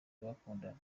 y’abakundana